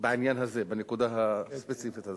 בעניין הזה, בנקודה הספציפית הזאת.